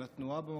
על התנועה בו,